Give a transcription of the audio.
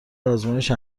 آزمایش